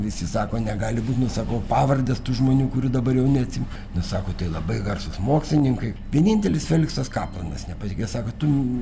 visi sako negali būt nu sakau pavardės tų žmonių kurių dabar jau neatsimenu nu sako tai labai garsūs mokslininkai vienintelis feliksas kaplanas nepatikėjo sako tu